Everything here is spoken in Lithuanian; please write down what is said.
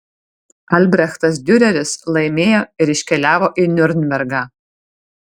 albrechtas diureris laimėjo ir iškeliavo į niurnbergą